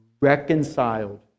reconciled